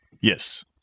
Yes